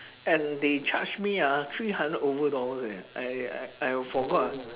and they charge me ah three hundred over dollar eh I I !aiyo! forgot